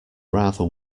rather